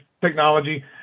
technology